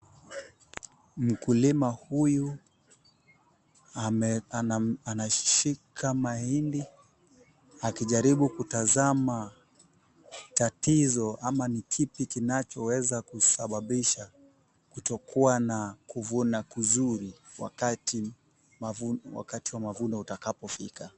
Mkulima huyu anashika mahindi akijaribu kutazama tatizo ama ni kipi kinachoweza kusababisha kutokuwa na kuvuna kuzuri wakati, wakati wa mavuno utakapofika.